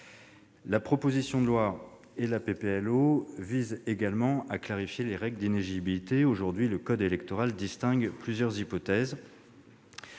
la proposition de loi organique visent également à clarifier les règles d'inéligibilité. Aujourd'hui, en effet, le code électoral distingue plusieurs hypothèses